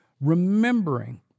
remembering